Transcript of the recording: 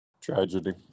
tragedy